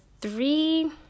three